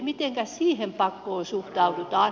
mitenkäs siihen pakkoon suhtaudutaan